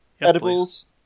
Edibles